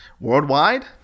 Worldwide